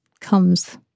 comes